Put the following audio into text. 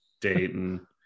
dayton